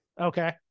Okay